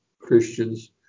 Christians